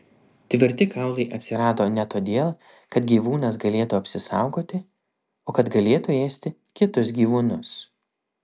tvirti kaulai atsirado ne todėl kad gyvūnas galėtų apsisaugoti o kad galėtų ėsti kitus gyvūnus